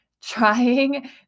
trying